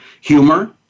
Humor